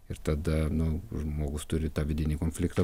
ir tada nu žmogus turi tą vidinį konfliktą